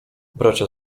bracia